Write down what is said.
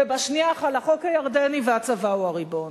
ובשנייה חל החוק הירדני והצבא הוא הריבון.